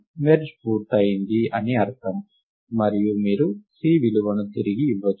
merge పూర్తయింది అని అర్ధం మరియు మీరు C విలువను తిరిగి ఇవ్వచు